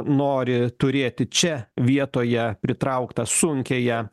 nori turėti čia vietoje pritrauktą sunkiąją